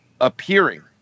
appearing